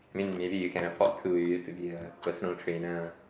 mean maybe you can afford to use to be a personal trainer